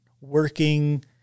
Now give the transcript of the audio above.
working